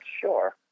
sure